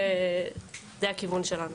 זה הכיוון שלנו.